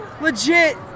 legit